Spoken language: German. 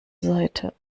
seite